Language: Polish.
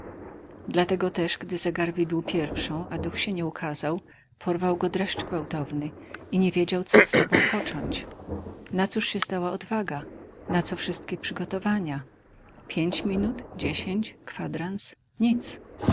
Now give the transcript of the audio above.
dlatego też gdy zegar wybił pierwszą a duch się nie ukazał porwał go dreszcz gwałtowny i nie wiedział co z sobą począć nacóż się zdała odwaga na co wszystkie przygotowania pięć minut dziesięć kwadrans nic